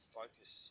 focus